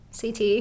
CT